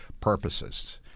purposes